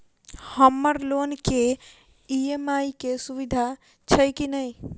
हम्मर लोन केँ ई.एम.आई केँ सुविधा छैय की नै?